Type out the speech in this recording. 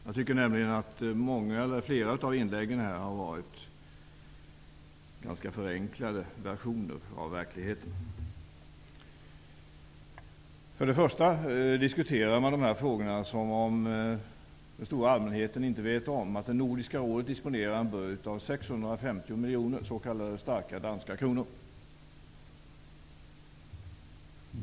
Jag tycker nämligen att flera av inläggen här har varit ganska förenklade versioner av verkligheten. Man diskuterar dessa frågor som om den stora allmänheten inte vet om att Nordiska rådet disponerar en budget om 650 miljoner s.k. starka danska kronor.